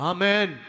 Amen